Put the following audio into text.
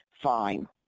fine